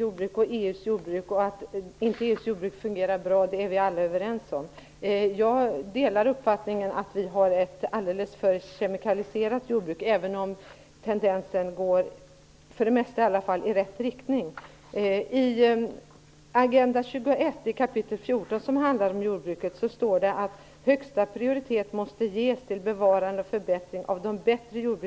jordbruk och till EU:s jordbruk. Att EU:s jordbruk inte fungerar bra är vi alla överens om. Jag delar uppfattningen att vi har ett alldeles för kemikaliserat jordbruk, men utvecklingen tenderar - i alla fall för det mesta - att gå i rätt riktning.